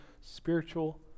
spiritual